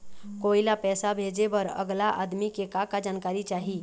कोई ला पैसा भेजे बर अगला आदमी के का का जानकारी चाही?